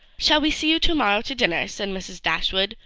shall we see you tomorrow to dinner? said mrs. dashwood,